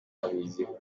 abiziho